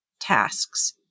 tasks